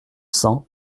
cent